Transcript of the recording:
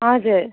हजुर